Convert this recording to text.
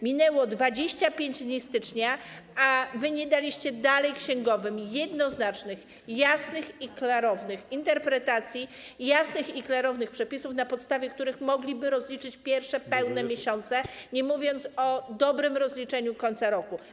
Minęło 25 dni stycznia, a wy dalej nie daliście księgowym jednoznacznych, jasnych i klarownych interpretacji, jasnych i klarownych przepisów, na podstawie których mogliby rozliczyć pierwsze pełne miesiące, nie mówiąc o dobrym rozliczeniu końca roku.